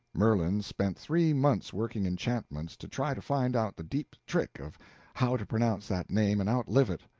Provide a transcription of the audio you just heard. merlin spent three months working enchantments to try to find out the deep trick of how to pronounce that name and outlive it.